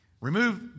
Remove